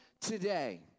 today